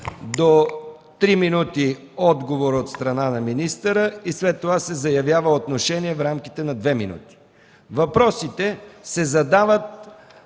до три минути отговор от страна на министъра и след това се заявява отношение в рамките на две минути. - въпросите се задават